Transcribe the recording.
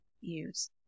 use